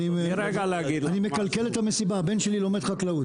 אני מקלקל את המסיבה, הבן שלי לומד חקלאות.